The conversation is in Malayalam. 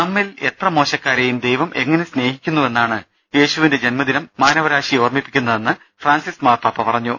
നമ്മിൽ എത്ര മോശക്കാരെയും ദൈവം എങ്ങനെ സ്നേഹിക്കുന്നുവെന്നാണ് യേശുവിന്റെ ജന്മദിനാഘോഷം മാനവരാശിയെ ഓർമ്മിപ്പിക്കുന്നതെന്ന് ഫ്രാൻസിസ് മാർപ്പാപ്പ പറഞ്ഞു